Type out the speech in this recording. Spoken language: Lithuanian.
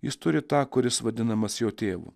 jis turi tą kuris vadinamas jo tėvu